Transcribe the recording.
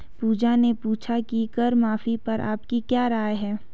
पूजा ने पूछा कि कर माफी पर आपकी क्या राय है?